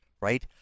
right